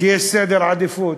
בכך שיש סדר עדיפות,